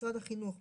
משרד הרווחה,